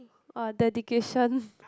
!wah! dedication